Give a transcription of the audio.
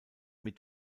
mit